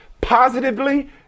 positively